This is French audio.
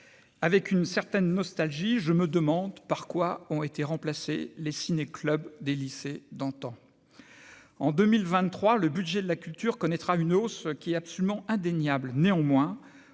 avec une certaine nostalgie, je me demande par quoi ont été remplacés les ciné-clubs des lycées d'antan en 2023, le budget de la culture connaîtra une hausse qui est absolument indéniable, néanmoins,